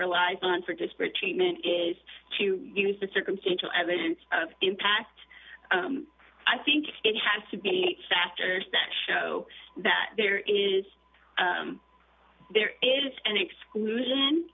relied on for disparate treatment is to use the circumstantial evidence of impact i think it has to be factors that show that there is there is an exclusion